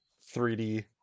3D